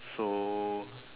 so